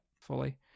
fully